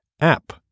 app